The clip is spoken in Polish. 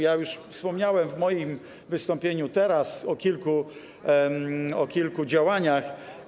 Ja już wspomniałem w moim wystąpieniu teraz o kilku działaniach.